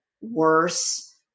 worse